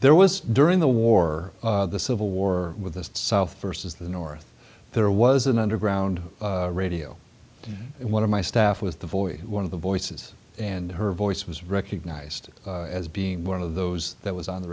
there was during the war the civil war with the south versus the north there was an underground radio in one of my staff with the voice one of the voices and her voice was recognized as being one of those that was on the